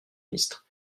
ministre